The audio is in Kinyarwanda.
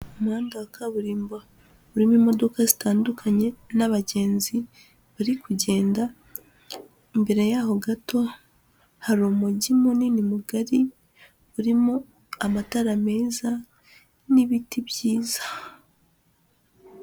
Umuhanda wa kaburimbo urimo imodoka zitandukanye n'abagenzi bari kugenda, imbere yaho gato hari Umujyi munini mugari urimo amatara meza n'ibiti byiza.